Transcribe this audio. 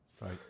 Right